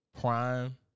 Prime